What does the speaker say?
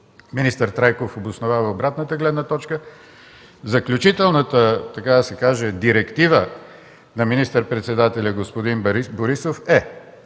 Министър Трайков обосновава обратната гледна точка. Заключителната директива на министър-председателя господин Борисов е: